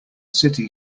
city